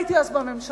הייתי אז בממשלה.